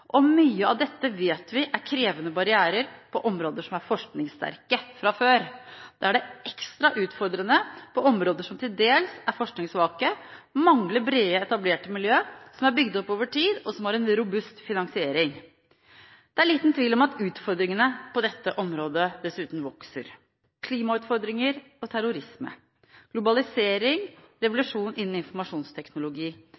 Mye av dette vet vi er krevende barrierer på områder som er forskningssterke fra før. Da er det ekstra utfordrende på områder som til dels er forskningssvake, som mangler brede, etablerte miljøer som er bygd opp over tid, og som har en robust finansiering. Det er liten tvil om at utfordringene på dette området dessuten vokser – klimautfordringer og terrorisme, globalisering